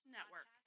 Network